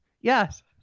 yes